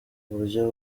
buryo